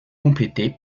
complété